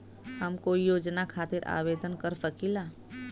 हम कोई योजना खातिर आवेदन कर सकीला?